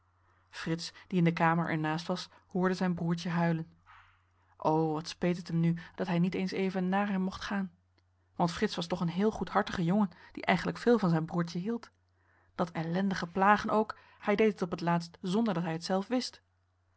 die in de kamer er naast was hoorde zijn broertje huilen henriette van noorden weet je nog wel van toen o wat speet het hem nu dat hij niet eens even naar hem mocht gaan want frits was toch een heel goedhartige jongen die eigenlijk veel van zijn broertje hield dat ellendige plagen ook hij deed het op t laatst zonder dat hij het zelf wist